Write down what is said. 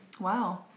Wow